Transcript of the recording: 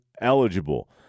eligible